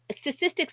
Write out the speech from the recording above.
statistics